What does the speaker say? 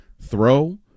throw